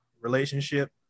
relationship